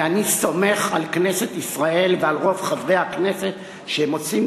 כי אני סומך על כנסת ישראל ועל רוב חברי הכנסת שהם עושים